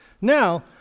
Now